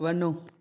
वञो